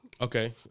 okay